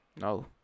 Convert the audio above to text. No